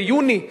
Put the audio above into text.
ביוני 2009,